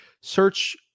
search